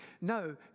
No